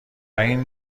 این